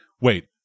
wait